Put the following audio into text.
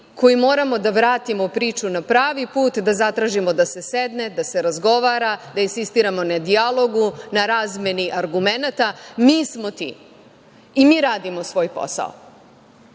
koji moramo da vratimo priču na pravi put, da zatražimo da se sedne, da se razgovara, da insistiramo na dijalogu, na razmeni argumenata. Mi smo ti. I mi radimo svoj posao. Reći